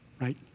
Right